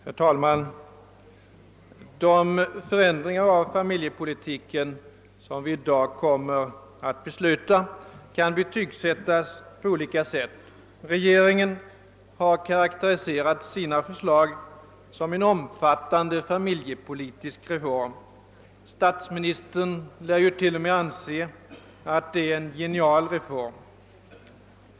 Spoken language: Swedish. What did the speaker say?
Herr talman! De förändringar av familjepolitiken som vi i dag kommer att besluta kan betygsättas på olika sätt. Regeringen har karakteriserat sina förslag som en omfattande familjepolitisk reform. — Statsministern lär t.o.m. anse att det är en genial reform.